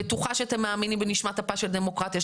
אני בטוחה שאתם מאמינים בנשמת אפה של הדמוקרטיה,